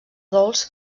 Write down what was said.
dolç